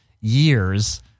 years